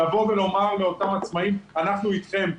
לבוא ולומר לאותם עצמאים: אנחנו איתכם,